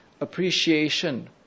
appreciation